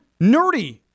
nerdy